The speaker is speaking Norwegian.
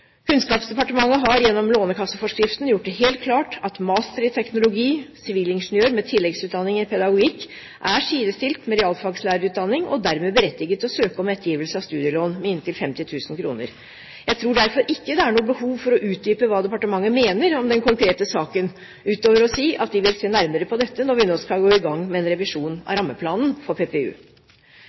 Kunnskapsdepartementet har gjennom lånekasseforskriften gjort det helt klart at master i teknologi og sivilingeniør med tilleggsutdanning i pedagogikk er sidestilt med realfaglærerutdanning, og dermed berettiget til å søke om ettergivelse av studielån med inntil 50 000 kr. Jeg tror derfor ikke det er noe behov for å utdype hva departementet mener om den konkrete saken utover å si at vi vil se nærmere på dette når vi nå skal gå i gang med en revisjon av rammeplanen for PPU.